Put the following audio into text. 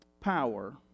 power